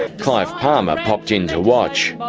clive palmer popped in to watch.